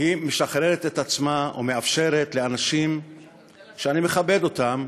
היא משחררת את עצמה ומאפשרת לאנשים שאני מכבד אותם,